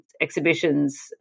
exhibitions